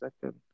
second